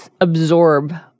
absorb